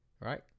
right